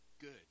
good